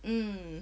mm